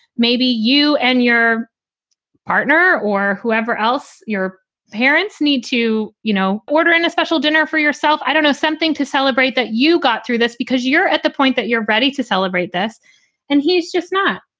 maybe you and your partner or whoever else your parents need to, you know, ordering a special dinner for yourself. i don't know, something to celebrate that you got through this because you're at the point that you're ready to celebrate this and he's just not.